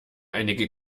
einige